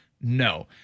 No